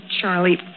Charlie